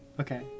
Okay